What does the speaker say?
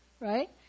right